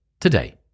today